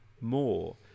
more